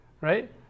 Right